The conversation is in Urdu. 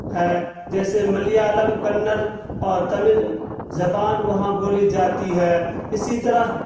ہے جیسے ملیالم کنڑ اور تامل زبان وہاں بولی جاتی ہے اسی طرح